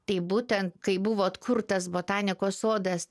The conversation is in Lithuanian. taip būtent kai buvo atkurtas botanikos sodas